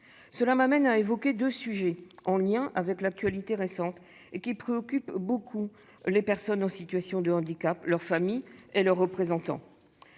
me conduisent à évoquer deux sujets liés à l'actualité récente. Ils préoccupent beaucoup les personnes en situation de handicap, leurs familles et leurs représentants.